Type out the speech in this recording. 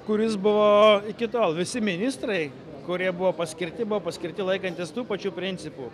kuris buvo iki tol visi ministrai kurie buvo paskirti buvo paskirti laikantis tų pačių principų